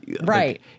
Right